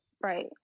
right